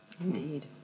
Indeed